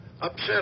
upset